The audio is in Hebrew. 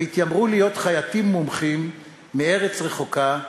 הם התיימרו להיות חייטים מומחים מארץ רחוקה,